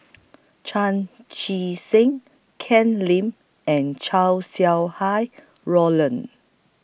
Chan Chee Seng Ken Lim and Chow Sau Hai Roland